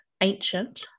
ancient